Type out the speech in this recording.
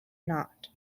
not